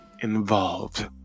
involved